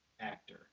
actor